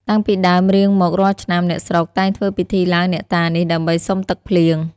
តាំងពីដើមរៀងមករាល់ឆ្នាំ អ្នកស្រុក តែងធ្វើពិធីឡើងអ្នកតានេះ ដើម្បីសុំទឹកភ្លៀង ។